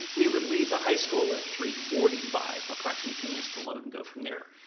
we would leave the high school at three forty five, approximately ten minutes to load and go from there.